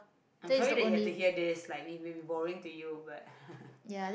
I'm sorry that you have to hear this like may be be boring to you but